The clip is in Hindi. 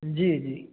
जी जी